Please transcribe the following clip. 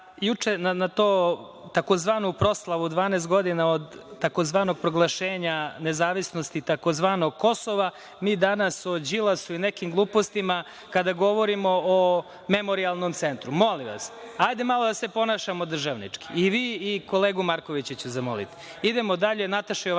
ujedinjeni na proslavu 12 godina od tzv. proglašenja nezavisnosti tzv. Kosova, mi danas o Đilasu i nekim glupostima, kada govorim o memorijalnom centru. Molim vas, hajde malo da se ponašamo državnički, i vas i kolegu Markovića ću zamoliti. Idemo dalje. Reč ima